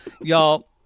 Y'all